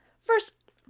first